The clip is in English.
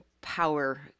power